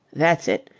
that's it.